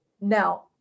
Now